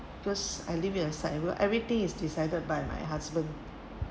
cause I live in a everything is decided by my husband